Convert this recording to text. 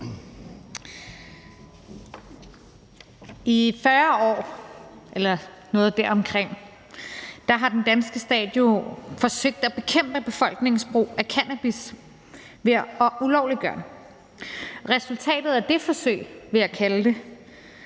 har den danske stat jo forsøgt at bekæmpe befolkningens brug af cannabis ved at ulovliggøre det. Resultatet af det forsøg, vil jeg kalde det,